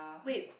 wait